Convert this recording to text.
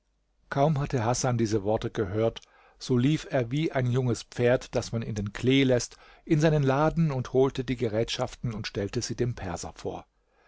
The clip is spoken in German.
kaum hatte hasan diese worte gehört so lief er wie ein junges pferd das man in den klee läßt in seinen laden holte die gerätschaften und stellte sie dem perser vor